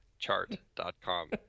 chart.com